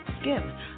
skin